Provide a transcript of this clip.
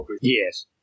Yes